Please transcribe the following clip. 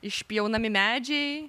išpjaunami medžiai